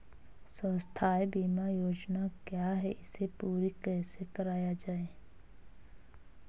स्वास्थ्य बीमा योजना क्या है इसे पूरी कैसे कराया जाए?